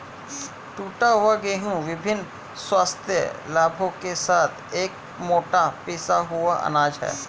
टूटा हुआ गेहूं विभिन्न स्वास्थ्य लाभों के साथ एक मोटा पिसा हुआ अनाज है